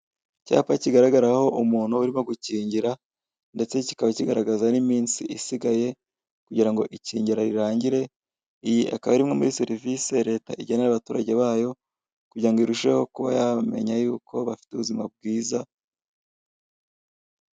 Icyapa kigaragaraho umuntu uri gukingira ndetse kikaba kigaragaza n'iminsi isigaye kugira ngo ikingira rirangire iyi akaba ari imwe muri serivise leta igenere abaturage bayo kugira ngo irusheho kuba yamenya yuko bafite ubuzima bwiza.